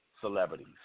celebrities